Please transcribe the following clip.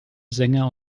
sänger